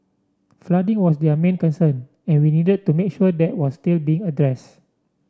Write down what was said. flooding was their main concern and we needed to make sure that was still being address